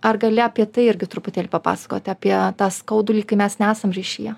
ar gali apie tai irgi truputėlį papasakoti apie tą skaudulį kai mes nesam ryšyje